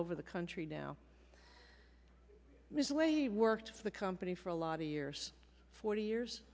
over the country now is the way he worked for the company for a lot of years forty years